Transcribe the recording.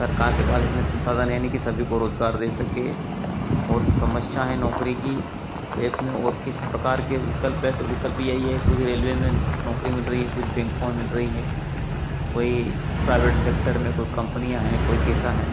सरकार के पास इतने संसाधन हैं नहीं कि सभी को रोजगार दे सके बहुत समस्या है नौकरी की देश में और किस प्रकार के विकल्प है तो विकल्प यही है कुछ रेलवे में नौकरी मिल रही हैं कुछ बैकों में मिल रही है कोई प्राइवेट सेक्टर में कोई कंपनियाँ हैं कोई कैसा है